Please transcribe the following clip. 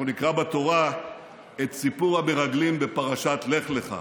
אנחנו נקרא בתורה את סיפור המרגלים בפרשת לך לך.